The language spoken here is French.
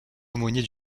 aumônier